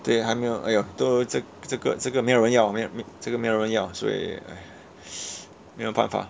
对还没有 !aiyo! 都这这个这个没有人要这个没有人要所以 没有办法